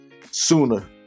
sooner